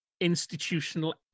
institutional